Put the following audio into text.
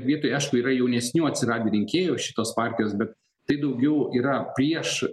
vietoj aišku yra jaunesnių atsiradę rinkėjų va šitos partijos bet tai daugiau yra prieš